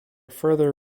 further